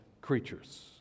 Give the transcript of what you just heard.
creatures